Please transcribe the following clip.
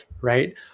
right